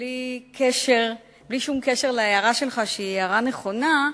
בלי שום קשר להערה שלך, שהיא הערה נכונה,